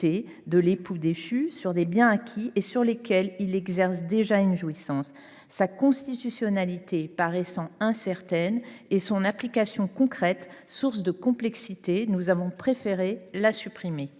de l’époux déchu sur des biens acquis et sur lesquels il exerce déjà une jouissance. Sa constitutionnalité paraissant incertaine et son application concrète source de complexités, nous avons préféré supprimer